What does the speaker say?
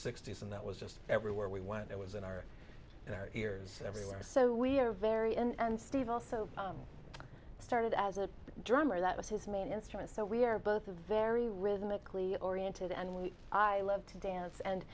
sixty's and that was just everywhere we went it was in our ears everywhere so we are very and steve also started as a drummer that was his main instrument so we are both a very rhythmically oriented and when i love to dance and